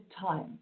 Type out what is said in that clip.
time